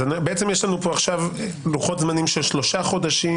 אז בעצם יש לנו פה עכשיו לוחות זמנים של שלושה חודשים,